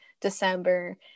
December